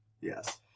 Yes